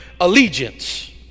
allegiance